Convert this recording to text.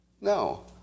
No